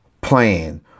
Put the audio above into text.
plan